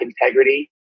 integrity